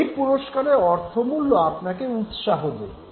এই পুরস্কারের অর্থমূল্য আপনাকে উৎসাহ দেবে